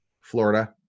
Florida